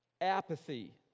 apathy